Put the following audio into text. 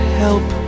help